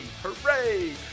Hooray